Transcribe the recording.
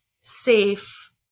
safe